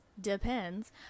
depends